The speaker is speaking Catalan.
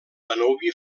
danubi